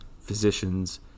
physicians